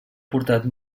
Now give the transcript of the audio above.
portat